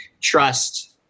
trust